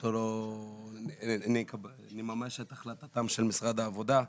אנחנו לא נממש את החלטתם של משרד העבודה.